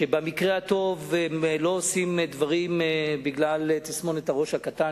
שבמקרה הטוב הם לא עושים דברים בגלל תסמונת הראש הקטן,